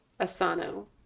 Asano